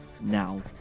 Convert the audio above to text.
now